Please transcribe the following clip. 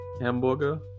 hamburger